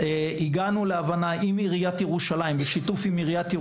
הגענו להבנה עם עיריית ירושלים ובשיתוף העירייה,